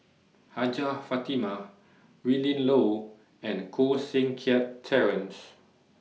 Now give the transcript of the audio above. Hajjah Fatimah Willin Low and Koh Seng Kiat Terence